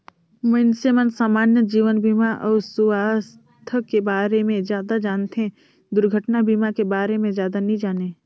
मइनसे मन समान्य जीवन बीमा अउ सुवास्थ के बारे मे जादा जानथें, दुरघटना बीमा के बारे मे जादा नी जानें